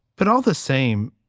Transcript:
but all the same,